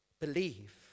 believe